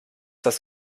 das